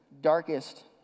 darkest